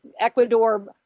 Ecuador